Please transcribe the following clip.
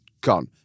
gone